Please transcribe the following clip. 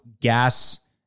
gas